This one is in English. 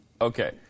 Okay